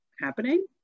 happening